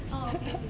orh okay okay